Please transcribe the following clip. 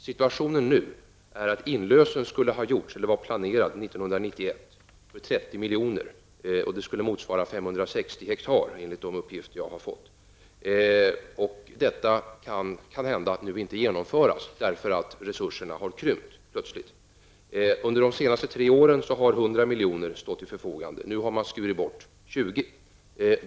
Situationen nu är att inlösen var planerad till 1991 med 30 milj.kr. Enligt de uppgifter jag har fått skulle detta motsvara 560 hektar. Detta kan nu inte genomföras då resurserna plötsligt har krympt. Under de senaste tre åren har 100 milj.kr. stått till förfogande. Nu har man skurit bort 20 milj.kr.